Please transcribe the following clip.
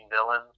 villains